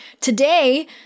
today